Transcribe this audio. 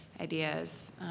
ideas